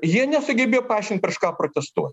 jie nesugebėjo paaiškint prieš ką protestuoja